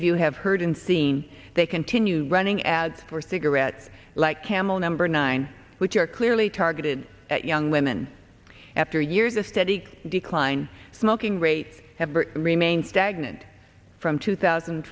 of you have heard and seen they continue running ads for cigarettes like camel number nine which are clearly targeted at young women after years of steady chs decline smoking rates have remained stagnant from two thousand